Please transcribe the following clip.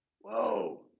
Whoa